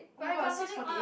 but I got something on